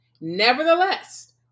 Nevertheless